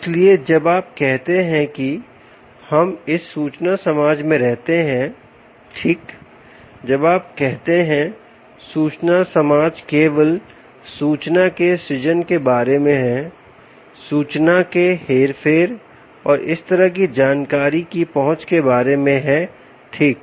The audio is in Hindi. इसलिए जब आप कहते हैं कि हम इस सूचना समाज में रहते हैं ठीक जब आप कहते हैं सूचना समाज केवल सूचना के सृजन के बारे में है सूचना के हेरफेर और इस तरह की जानकारी की पहुंच के बारे में है ठीक